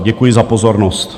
Děkuji za pozornost.